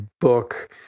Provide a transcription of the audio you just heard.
book